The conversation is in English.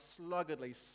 sluggardly